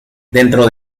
dentro